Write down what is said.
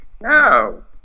No